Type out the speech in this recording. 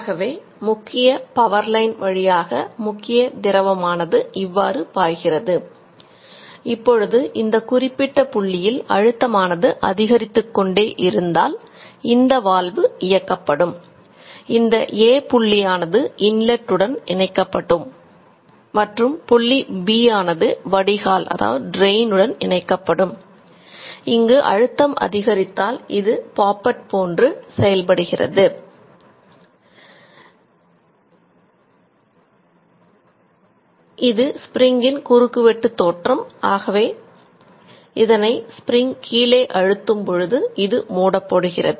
ஆகவே முக்கிய power line இதன் வழியாக திரவமானது வரிகளுக்கு பாய்கிறது